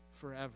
forever